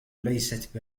ليست